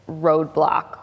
roadblock